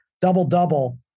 double-double